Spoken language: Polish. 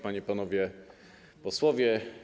Panie i Panowie Posłowie!